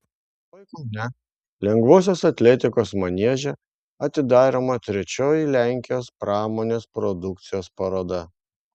rytoj kaune lengvosios atletikos manieže atidaroma trečioji lenkijos pramonės produkcijos paroda